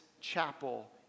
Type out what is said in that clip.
chapel